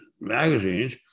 magazines